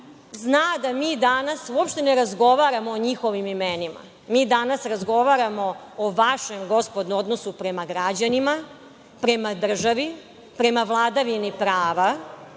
zna da mi danas uopšte ne razgovaramo o njihovim imenima? Mi danas razgovaramo o vašem odnosu prema građanima, prema državi, prema vladavini prava,